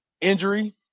injury